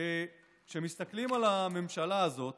שכשמסתכלים על הממשלה הזאת